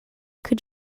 could